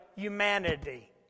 Humanity